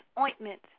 ointment